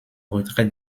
retrait